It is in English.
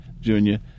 Junior